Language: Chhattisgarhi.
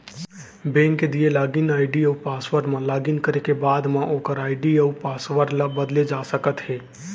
बेंक के दिए लागिन आईडी अउ पासवर्ड म लॉगिन करे के बाद म ओकर आईडी अउ पासवर्ड ल बदले जा सकते हे